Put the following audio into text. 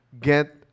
get